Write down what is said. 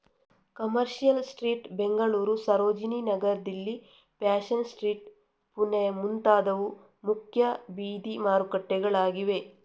commercial Street Bengaluru, Sarojini Nagar Delhi, Fashion Street Pune ಮುಂತಾದವು ಮುಖ್ಯ ಬೀದಿ ಮಾರುಕಟ್ಟೆಗಳಾಗಿವೆ